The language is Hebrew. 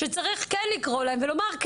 שצריך כן לקרוא להם ולומר להם,